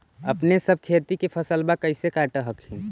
अपने सब खेती के फसलबा कैसे काट हखिन?